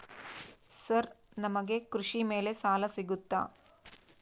Sir ನಮಗೆ ಕೃಷಿ ಮೇಲೆ ಸಾಲ ಸಿಗುತ್ತಾ?